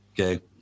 Okay